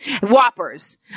Whoppers